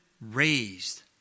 raised